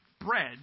bread